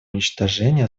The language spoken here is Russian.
уничтожения